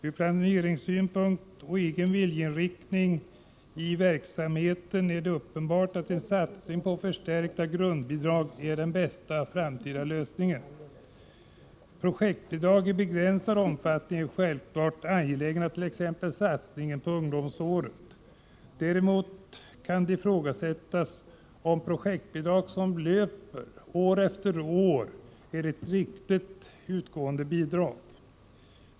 Ur planeringssynpunkt och med tanke på egen viljeinriktning i verksamheten är det uppenbart att en satsning på förstärkta grundbidrag är den bästa framtida lösningen. Projektbidrag i tidsbegränsad omfattning är självfallet angelägna — t.ex. satsningen på ungdomsåret — men däremot kan projektbidrag som löper år efter år ifrågasättas.